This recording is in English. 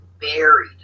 buried